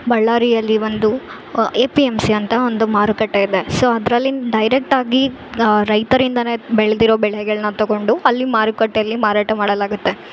ಬಳ್ಳಾರಿಯಲ್ಲಿ ಒಂದು A P M C ಅಂತ ಒಂದು ಮಾರುಕಟ್ಟೆ ಇದೆ ಸೊ ಅದರಲ್ಲಿ ಡೈರೆಕ್ಟಾಗಿ ರೈತರಿಂದಾನೆ ಬೆಳ್ದಿರೋ ಬೆಳೆಗಳನ್ನ ತಗೊಂಡು ಅಲ್ಲಿ ಮಾರುಕಟ್ಟೆಲ್ಲಿ ಮಾರಾಟ ಮಾಡಲಾಗುತ್ತೆ